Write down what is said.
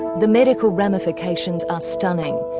the medical ramifications are stunning.